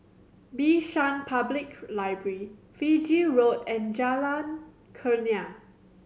Bishan Public Library Fiji Road and Jalan Kurnia